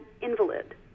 invalid